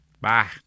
Bye